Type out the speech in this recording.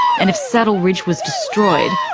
and if saddle ridge was destroyed,